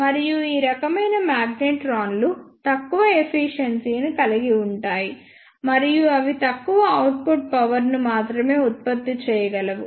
మరియు ఈ రకమైన మాగ్నెట్రాన్లు తక్కువ ఎఫిషియెన్సీ ని కలిగి ఉంటాయి మరియు అవి తక్కువ అవుట్పుట్ పవర్ ను మాత్రమే ఉత్పత్తి చేయగలవు